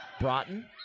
Broughton